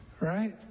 Right